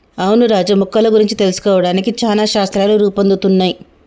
అవును రాజు మొక్కల గురించి తెలుసుకోవడానికి చానా శాస్త్రాలు రూపొందుతున్నయ్